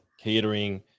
catering